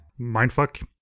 mindfuck